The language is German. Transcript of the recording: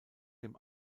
dem